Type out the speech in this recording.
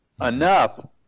enough